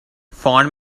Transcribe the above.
find